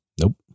Nope